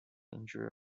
endure